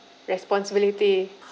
responsibilities